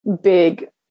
big